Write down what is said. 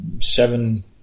seven